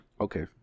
Okay